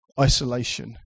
Isolation